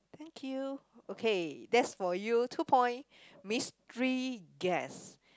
thank you okay that's for you two point mystery guess